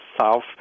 south